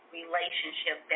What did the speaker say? relationship